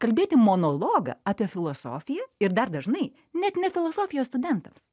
kalbėti monologą apie filosofiją ir dar dažnai net ne filosofijos studentams